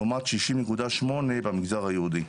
לעומת ששים נקודה שמונה במגזר היהודי.